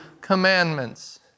commandments